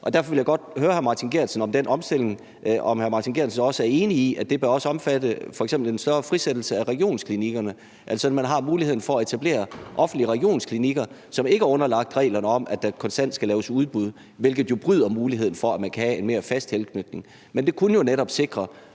Derfor vil jeg godt høre hr. Martin Geertsen om den omstilling. Er hr. Martin Geertsen så enig i, at det også bør omfatte f.eks. en større frisættelse af regionsklinikkerne, altså så man har muligheden for at etablere offentlige regionsklinikker, som ikke er underlagt reglerne om, at der konstant skal laves udbud, hvilket jo bryder muligheden for at have en mere fast tilknytning? Men det kunne jo netop sikre